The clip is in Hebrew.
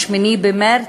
8 במרס,